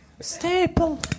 staple